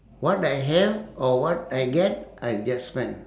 what I have or what I get I just spend